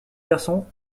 garçon